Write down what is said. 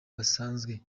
basanzwe